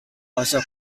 also